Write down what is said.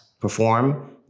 perform